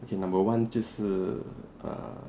number one 就是 err